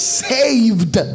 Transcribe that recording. saved